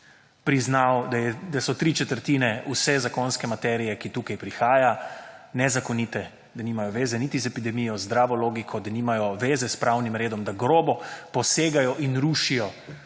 priznal, da so tri četrtine vse zakonske materije, ki tukaj prihaja, nezakonite, da nimajo veze niti z epidemijo, zdravo logiko, da nimajo veze s pravnim redom, da grobo posegajo in rušijo